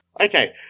Okay